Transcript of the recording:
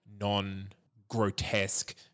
non-grotesque